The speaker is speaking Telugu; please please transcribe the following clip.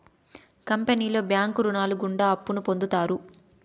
కంపెనీలో బ్యాంకు రుణాలు గుండా అప్పును పొందుతారు